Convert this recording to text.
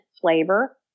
flavor